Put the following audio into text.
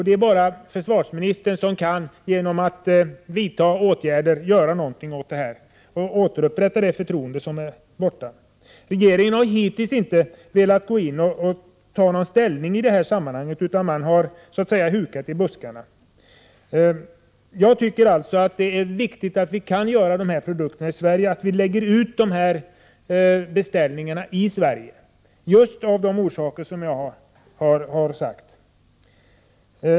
Det är nu bara försvarsministern som genom att vidta åtgärder kan göra 133 någonting åt detta, återupprätta det förtroende som är borta. Regeringen har hittills inte velat ta ställning i det här fallet, utan man har hukat i buskarna, så att säga. Jag tycker det är viktigt att vi kan göra dessa produkter i Sverige, att vi lägger ut beställningarna i Sverige — av de orsaker som jag har framfört.